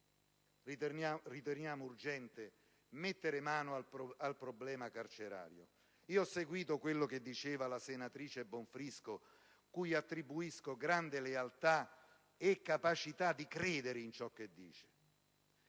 altresì urgente mettere mano al problema carcerario. Ho seguito quello che diceva la senatrice Bonfrisco, cui attribuisco grande lealtà e capacità di credere in ciò che dice.